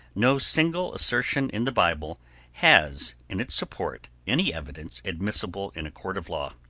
no single assertion in the bible has in its support any evidence admissible in a court of law.